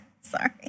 Sorry